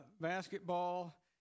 basketball